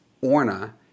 Orna